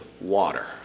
water